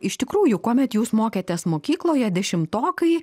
iš tikrųjų kuomet jūs mokėtės mokykloje dešimtokai